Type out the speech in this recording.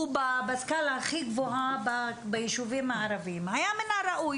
הוא בסקאלה הכי גבוהה ביישובים הערביים היה מן הראוי